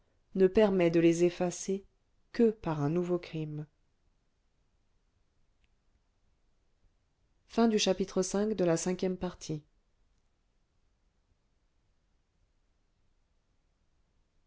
ne permet de les effacer que par un nouveau crime